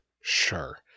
sure